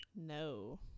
No